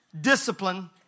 discipline